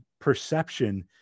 perception